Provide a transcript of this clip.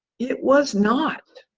it was not.